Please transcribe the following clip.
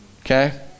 okay